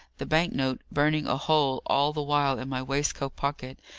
the bank-note burning a hole all the while in my waistcoat pocket,